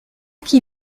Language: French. qui